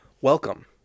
Welcome